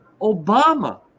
Obama